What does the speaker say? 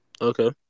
okay